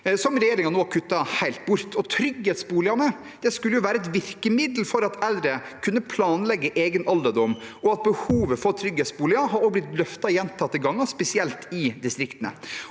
som regjeringen nå kutter helt bort. Trygghetsboligene skulle jo være et virkemiddel for at eldre kunne planlegge egen alderdom, og behovet for trygghetsboliger har også blitt løftet gjentatte ganger, spesielt i distriktene.